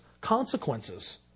consequences